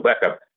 backup